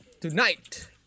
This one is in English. tonight